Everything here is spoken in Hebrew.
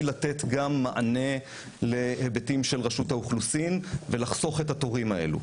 לתת גם מענה להיבטים של רשות האוכלוסין ולחסוך את התורים האלו.